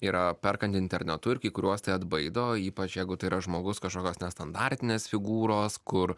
yra perkant internetu ir kai kuriuos tai atbaido ypač jeigu tai yra žmogus kažkokios nestandartinės figūros kur